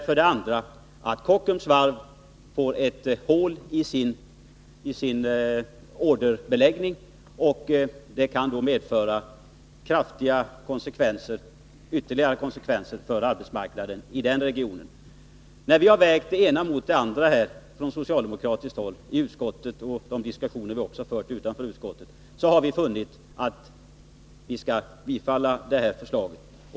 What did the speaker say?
För det andra får Kockums varv ett hål i sin orderbeläggning, vilket kan få svåra konsekvenser för arbetsmarknaden i den regionen. När vi från socialdemokratiskt håll har vägt det ena mot det andra, i 5 utskottet och i diskussioner utanför utskottet, har vi funnit att vi skall tillstyrka detta förslag.